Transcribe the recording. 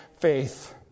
faith